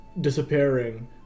disappearing